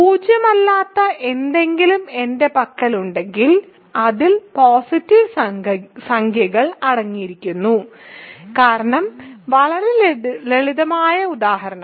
പൂജ്യമല്ലാത്ത എന്തെങ്കിലും എന്റെ പക്കലുണ്ടെങ്കിൽ അതിൽ പോസിറ്റീവ് സംഖ്യകൾ അടങ്ങിയിരിക്കുന്നു കാരണം വളരെ ലളിതമായ ഉദാഹരണം